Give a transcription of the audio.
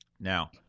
Now